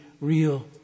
real